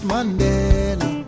Mandela